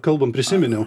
kalbam prisiminiau